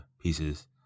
pieces